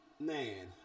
Man